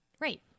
Right